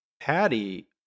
patty